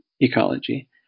ecology